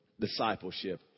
discipleship